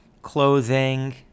clothing